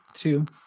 two